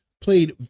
played